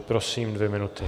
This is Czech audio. Prosím, dvě minuty.